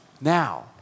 Now